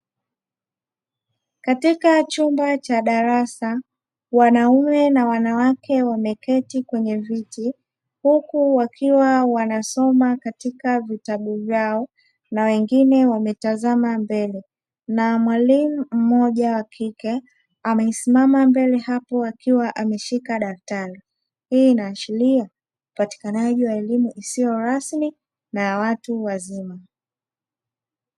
Katika chumba cha darasa wanaume na wanawake wameketi kwenye viti huku wakiwa wanasoma katika vitabu vyao na wengine wametazama mbele na mwalimu mmoja wa kike amesimama mbele hapo akiwa ameshika daftari, hii ina ashiria upatikanaji wa elimu isiyo rasmi na ya watu wazima.